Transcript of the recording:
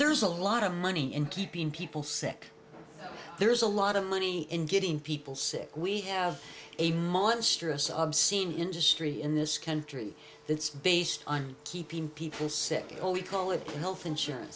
there's a lot of money in keeping people sick there's a lot of money in getting people sick we have a monstrous obscene industry in this country that's based on keeping people sick oh we call it health insurance